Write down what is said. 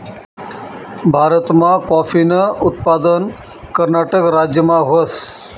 भारतमा काॅफीनं उत्पादन कर्नाटक राज्यमा व्हस